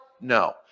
No